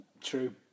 true